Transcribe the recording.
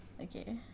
Okay